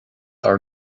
are